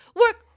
work